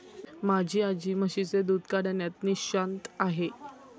माझी आजी म्हशीचे दूध काढण्यात निष्णात आहे